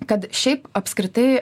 kad šiaip apskritai